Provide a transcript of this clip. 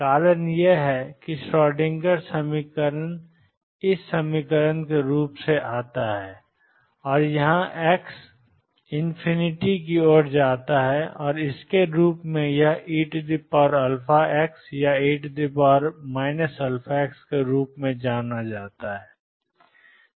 कारण यह है कि श्रोडिंगर समीकरण 22mVψEψ से आप पाते हैं कि x x→∞ के रूप में eαx या e αx के रूप में जाता है